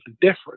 different